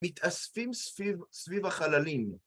‫מתאספים סביב החללים.